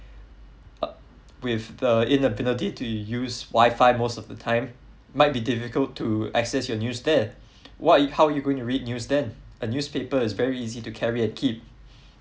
uh with the inability to use wi fi most of the time might be difficult to access your news there what how are you going to read news then a newspaper is very easy to carry and keep